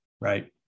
Right